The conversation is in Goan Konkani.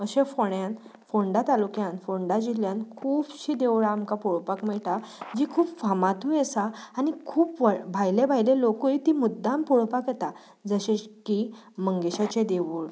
अशें फोंड्यांत फोंडा तालुक्यांत फोंडा जिल्ल्यांत खुबशीं देवळां आमकां पळोवपाक मेळटा जीं खूब फामादूय आसा आनी खूब भायले भायले लोकूय तीं मुद्दम पळोवपाक येता जशें की मंगेशाचें देवूळ